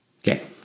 Okay